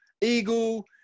Eagle